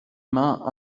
mains